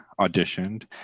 auditioned